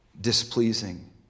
displeasing